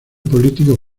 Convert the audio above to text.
político